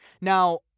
now